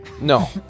No